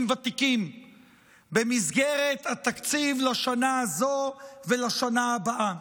ותיקים במסגרת התקציב לשנה הזו ולשנה הבאה.